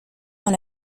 dans